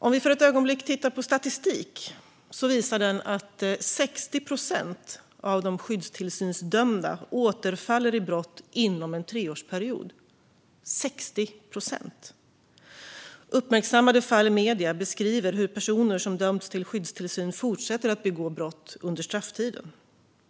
Om vi för ett ögonblick tittar på statistiken ser vi att 60 procent av de skyddstillsynsdömda återfaller i brott inom en treårsperiod. I samband med fall som uppmärksammats i medier beskrivs hur personer som dömts till skyddstillsyn fortsätter att begå brott under strafftiden.